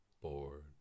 bored